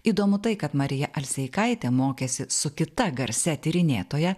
įdomu tai kad marija alseikaitė mokėsi su kita garsia tyrinėtoja